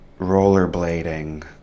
rollerblading